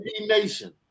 Nation